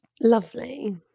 lovely